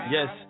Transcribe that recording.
Yes